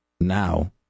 now